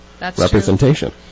representation